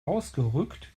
ausgerückt